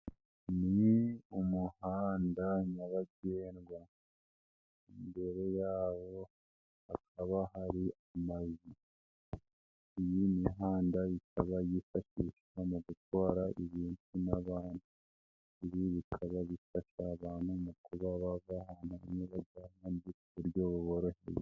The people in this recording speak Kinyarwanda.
Ni umuhanda nyabagendwa, imbere yawo hakaba hari amazu, iyi mihanda ikaba yifatishwa mu gutwara ibintu n'abantu, ibi bikaba bifasha abantu mu kuba bava ahantu hamwe bajya ahandi ku buryo buboroheye.